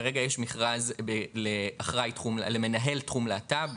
כרגע יש מכרז לאחראי או מנהל תחום להט"ב.